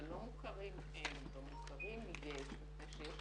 בלא מוכרים אין, במוכרים יש.